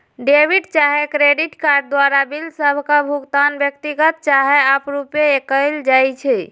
debit चाहे credit card द्वारा bill सभ के भुगतान व्यक्तिगत चाहे आपरुपे कएल जाइ छइ